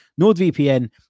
NordVPN